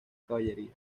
caballería